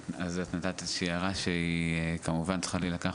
את נתת איזושהי הערה שכמובן צריכה להילקח